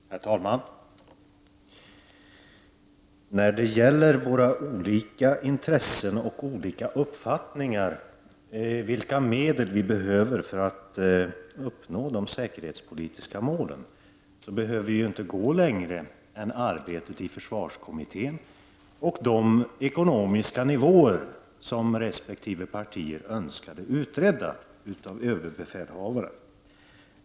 Herr talman! När det gäller våra olika intressen och olika uppfattningar om vilka medel vi behöver för att uppnå de säkerhetspolitiska målen behöver vi inte gå längre än till arbetet i försvarskommittén och de ekonomiska nivåer som resp. partier önskade få utredda av överbefälhavaren.